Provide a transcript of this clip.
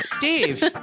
Dave